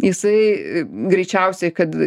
jisai greičiausiai kad